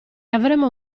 avremo